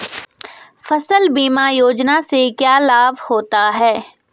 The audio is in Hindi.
फसल बीमा योजना से क्या लाभ होता है?